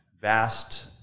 vast